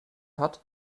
hat